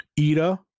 Ida